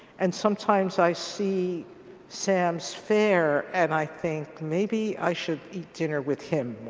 and sometimes i see sam's fare and i think maybe i should eat dinner with him